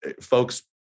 folks